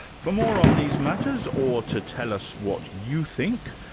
for more on these matters or to tell us what you think,